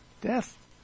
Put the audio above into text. death